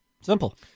simple